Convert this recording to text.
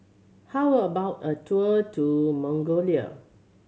how about a tour in Mongolia